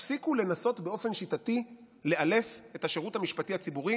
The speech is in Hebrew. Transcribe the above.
תפסיקו לנסות באופן שיטתי לאלף את השירות המשפטי הציבורי,